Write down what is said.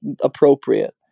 appropriate